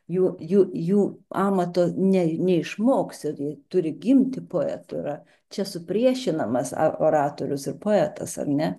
jų jų jų amato ne neišmoksi turi gimti poetu yra čia supriešinamas oratorius ir poetas ar ne